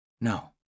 No